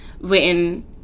written